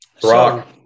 Brock